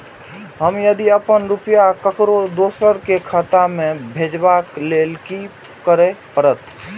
हम यदि अपन रुपया ककरो दोसर के खाता में भेजबाक लेल कि करै परत?